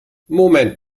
moment